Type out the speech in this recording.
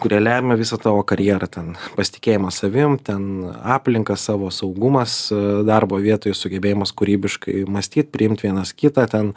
kurie lemia visą tavo karjerą ten pasitikėjimas savim ten aplinka savo saugumas darbo vietoj sugebėjimas kūrybiškai mąstyt priimt vienas kitą ten